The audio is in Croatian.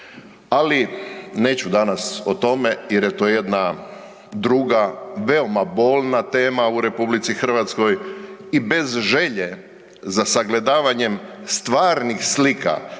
Ali neću danas o tome jer je to jedna druga veoma bolna tema u RH i bez želje za sagledavanjem stvarnih slika